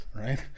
right